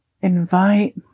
invite